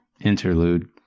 Interlude